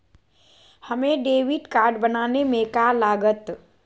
हमें debit card बनाने में का लागत?